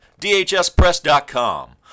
DHSPress.com